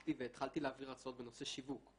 והתפתחתי והתחלתי להעביר הרצאות בנושא שיווק.